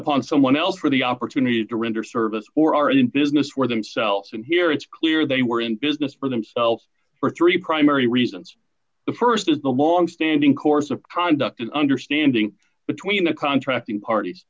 upon someone else for the opportunity to render service or are in business for themselves and here it's clear they were in business for themselves for three primary reasons the st is the long standing course of conduct and understanding between the contracting parties